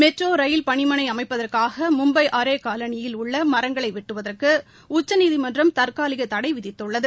metro rail பணிமனை அமைப்பதற்காக மும்பை ஆரே காலனியில் உள்ள மரங்களை வெட்டுவதற்கு உச்சநீதிமன்றம் தற்காலிக தடை விதித்துள்ளது